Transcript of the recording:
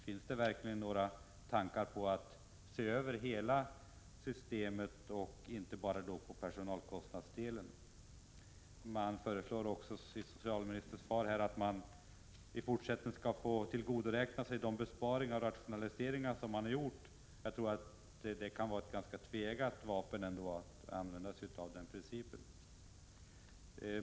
Finns det verkligen några tankar på att se över hela systemet, inte bara personalkostnadsdelen? Socialministern nämner i svaret att det föreslås att försäkringskassorna i fortsättningen skall få tillgodogöra sig de resurser som frigörs genom besparing och rationalisering. Jag tycker det är ett tveeggat vapen att använda sig av den principen.